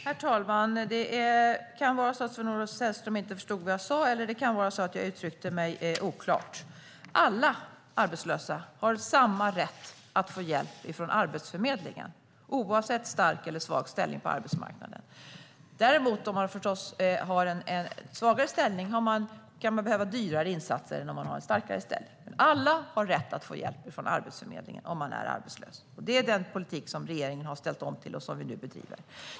Herr talman! Det kan vara så att Sven-Olof Sällström inte förstod vad jag sa eller att jag uttryckte mig oklart. Alla arbetslösa har samma rätt att få hjälp från Arbetsförmedlingen, oavsett om de har en stark eller svag ställning på arbetsmarknaden. Men om man har en svagare ställning kan man förstås behöva dyrare insatser än om man har en starkare ställning. Alla som är arbetslösa har dock rätt att få hjälp från Arbetsförmedlingen. Det är den politik som regeringen har ställt om till och som vi nu bedriver.